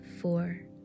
four